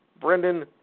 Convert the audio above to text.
Brendan